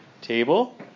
table